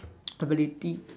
ability